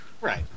Right